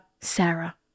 Sarah